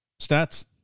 Stats